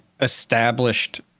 established